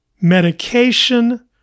medication